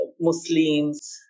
Muslims